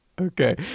Okay